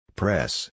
press